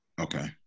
Okay